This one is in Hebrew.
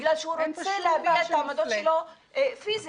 כי הוא רוצה להביע את העמדות שלו פיסית,